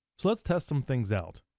so let's test some things out.